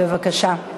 בבקשה.